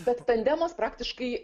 bet tandemas praktiškai